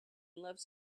loves